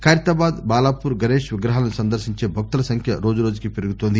ఖైరతాబాద్ బాలాపూర్ గణేక్ విగ్రహాలను సందర్పించే భక్తుల సంఖ్య రోజురోజుకీ పెరుగుతోంది